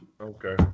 Okay